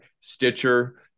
Stitcher